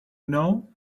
know